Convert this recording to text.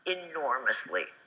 enormously